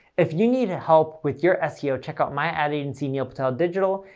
if you need ah help with your seo, check out my ad agency, neil patel digital.